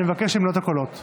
אני מבקש למנות את הקולות.